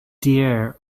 dear